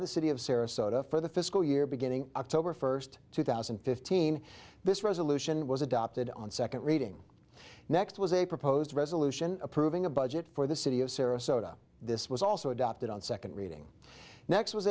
the city of sarasota for the fiscal year beginning october first two thousand and fifteen this resolution was adopted on second reading next was a proposed resolution approving a budget for the city of sarasota this was also adopted on second reading next was